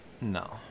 No